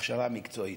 בהכשרה מקצועית.